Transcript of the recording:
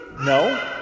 no